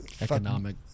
economic